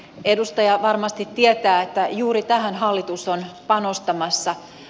edustaja varmasti tietää että juuri tähän hallitus on panostamassa